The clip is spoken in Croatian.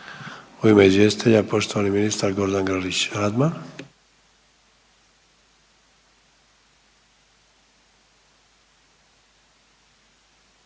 U ime izvjestitelja poštovani ministar Gordan Grlić Radman.